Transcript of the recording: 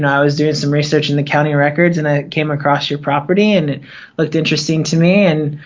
and i was doing some research in the county records and i came across your property, and it looked interesting to me and